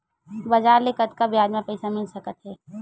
बजार ले कतका ब्याज म पईसा मिल सकत हे?